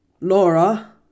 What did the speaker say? Laura